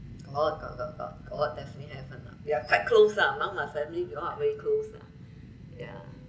oh got got got got definitely have [one] lah we are quite close lah among my family we all are very close lah yeah